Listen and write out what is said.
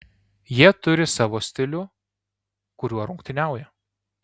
jie turi savo stilių kuriuo rungtyniauja